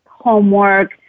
homework